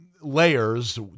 layers